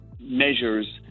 measures